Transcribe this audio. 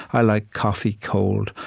i like coffee cold.